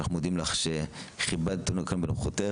אנחנו מודים לך שכיבדת אותנו כאן בנוכחותך,